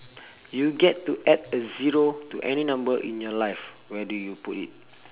you get to add a zero to any number in your life where do you put it